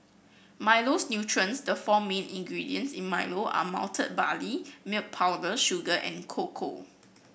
Milo's nutrients The four main ingredients in Milo are malted barley milk powder sugar and cocoa